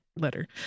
letter